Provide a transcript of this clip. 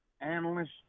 analyst